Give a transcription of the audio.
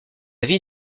vie